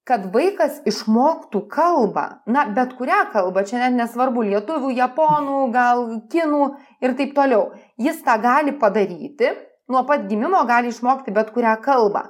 kad vaikas išmoktų kalbą na bet kurią kalbą čia net nesvarbu lietuvių japonų gal kinų ir taip toliau jis tą gali padaryti nuo pat gimimo gali išmokti bet kurią kalbą